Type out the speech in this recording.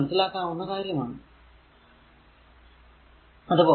അത് മനസ്സിലാക്കാനാകുന്ന കാര്യം ആണ്